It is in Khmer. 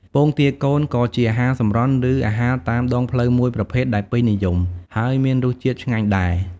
ពងទាកូន ក៏ជាអាហារសម្រន់ ឬអាហារតាមដងផ្លូវមួយប្រភេទដែលពេញនិយម ហើយមានរសជាតិឆ្ងាញ់ដែរ។